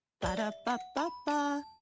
Ba-da-ba-ba-ba